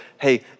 hey